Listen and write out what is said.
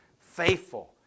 Faithful